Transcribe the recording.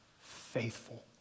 Faithful